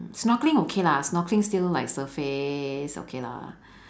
snorkeling okay lah snorkeling still like surface okay lah